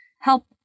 help